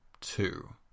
two